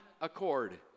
accord